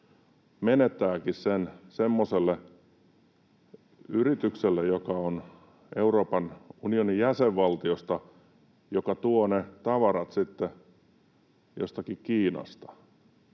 menettääkin semmoiselle yritykselle, joka on Euroopan unionin jäsenvaltiosta, joka tuo ne tavarat sitten jostakin Kiinasta?